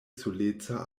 soleca